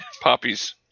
poppies